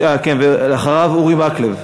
ואחריו, אורי מקלב.